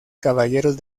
caballeros